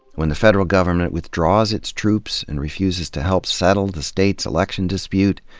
when the federal government withdraws its troops and refuses to help settle the state's election dispute,